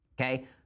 okay